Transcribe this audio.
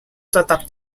tetap